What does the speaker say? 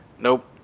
Nope